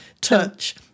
touch